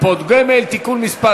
(קופות גמל) (תיקון מס'